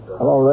Hello